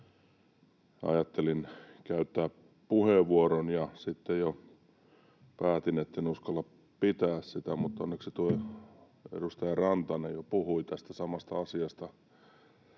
ajattelin käyttää puheenvuoron. Sitten jo päätin, etten uskalla pitää sitä, mutta onneksi edustaja Rantanen jo puhui tästä samasta asiasta.